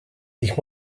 ich